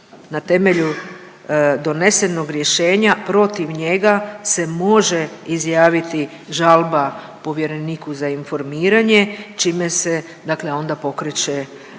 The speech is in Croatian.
na temelju donesenog rješenja protiv njega se može izjaviti žalba povjereniku za informiranje čime se dakle onda